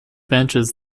benches